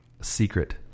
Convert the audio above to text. secret